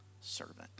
servant